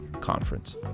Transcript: Conference